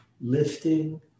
lifting